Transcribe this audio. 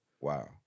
Wow